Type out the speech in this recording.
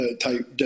type